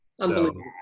Unbelievable